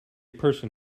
person